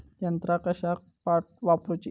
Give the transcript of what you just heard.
यंत्रा कशाक वापुरूची?